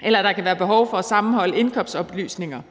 eller der kan være behov for at sammenholde indkomstoplysninger